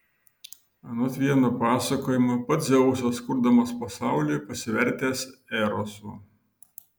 anot vieno pasakojimo pats dzeusas kurdamas pasaulį pasivertęs erosu